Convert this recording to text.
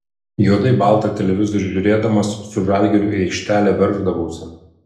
juodai baltą televizorių žiūrėdamas su žalgiriu į aikštelę verždavausi